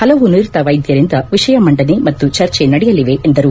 ಹಲವು ನುರಿತ ವೈದ್ಯರಿಂದ ವಿಷಯ ಮಂಡನೆ ಹಾಗೂ ಚರ್ಚೆ ನಡೆಯಲಿವೆ ಎಂದರು